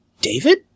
David